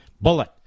Bullet